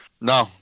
No